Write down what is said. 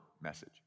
message